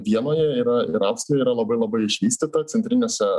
vienoje yra ir austrijoj yra labai labai išvystyta centriniuose